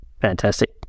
fantastic